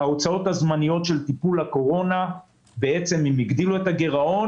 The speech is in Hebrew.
ההוצאות הזמניות של טיפול הקורונה בעצם הגדילו את הגירעון